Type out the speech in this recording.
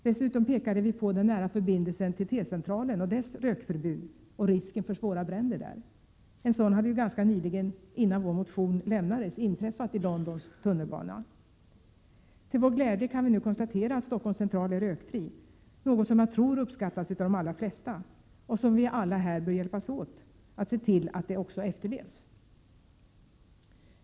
Dessutom pekade vi på den nära förbindelsen till T-centralen och dess rökförbud och risken för svåra bränder. En brand hade ju ganska nyligen innan vår motion lämnades inträffat i Londons tunnelbana. Till vår glädje kan vi nu konstatera att Stockholms Central är rökfri — något som jag tror uppskattas av de allra flesta. Vi bör alla hjälpas åt att se till att det beslutet efterlevs.